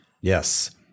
Yes